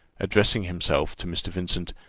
addressing himself to mr. vincent,